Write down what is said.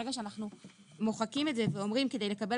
ברגע שאנחנו מוחקים את זה ואומרים כדי לקבל